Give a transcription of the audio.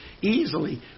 easily